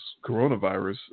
coronavirus